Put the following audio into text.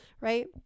right